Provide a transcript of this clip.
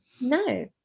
No